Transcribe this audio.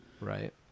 Right